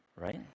right